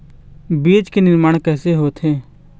बीज के निर्माण कैसे होथे?